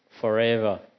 forever